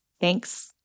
Thanks